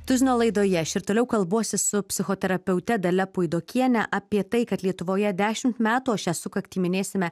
tuzino laidoje aš ir toliau kalbuosi su psichoterapeute dalia puidokiene apie tai kad lietuvoje dešimt metų o šią sukaktį minėsime